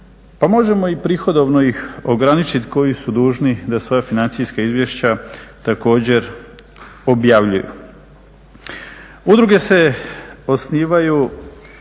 pa možemo i prihodovno ih ograničiti koji su dužni da svoja financijska izvješća također objavljuju. Udruge se osnivaju